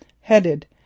headed